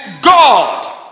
God